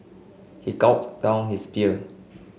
he gulped down his beer